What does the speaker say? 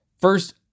first